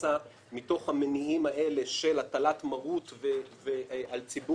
שנעשה מתוך המניעים של הטלת מרות וכולי.